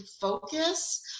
focus